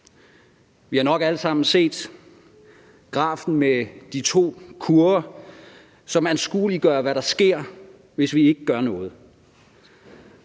Vi har nok alle sammen set grafen med de to kurver, som anskueliggør, hvad der sker, hvis vi ikke gør noget.